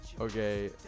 Okay